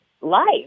life